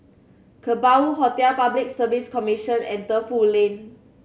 Kerbau Hotel Public Service Commission and Defu Lane